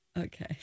Okay